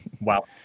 Wow